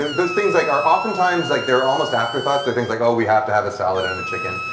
those things like are oftentimes like they're almost afterthoughts. they're things like oh we have to have a salad and a chicken.